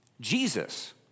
Jesus